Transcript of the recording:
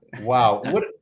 Wow